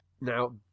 now